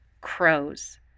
crows